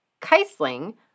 Keisling